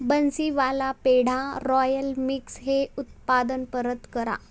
Bansiwala peda royal mix हे उत्पादन परत करा